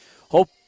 Hope